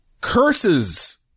curses